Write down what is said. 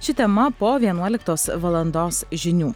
ši tema po vienuoliktos valandos žinių